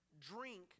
drink